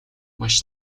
маш